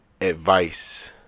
advice